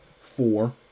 four